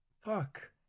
fuck